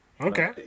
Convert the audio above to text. Okay